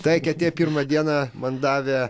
ta eketė pirmą dieną man davė